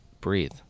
breathe